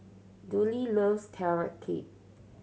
Dudley loves Carrot Cake